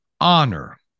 honor